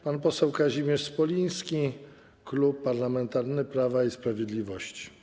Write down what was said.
Pan poseł Kazimierz Smoliński, Klub Parlamentarny Prawo i Sprawiedliwość.